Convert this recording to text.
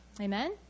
amen